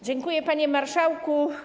Dziękuję, panie marszałku.